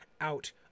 out